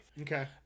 okay